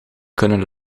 kunnen